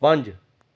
ਪੰਜ